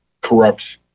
corrupts